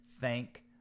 Thank